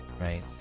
right